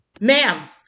Ma'am